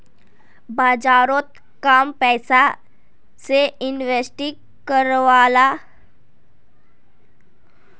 बाजारोत कम पैसा से इन्वेस्ट करनेवाला रिटेल इन्वेस्टर होछे